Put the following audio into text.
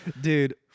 Dude